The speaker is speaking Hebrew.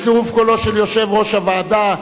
בצירוף קולו של יושב-ראש הוועדה,